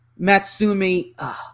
Matsumi